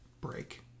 break